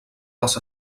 les